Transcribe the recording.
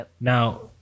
Now